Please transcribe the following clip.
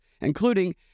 including